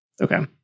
Okay